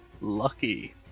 Lucky